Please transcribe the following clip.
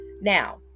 Now